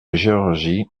georgie